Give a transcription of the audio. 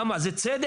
למה זה צדק?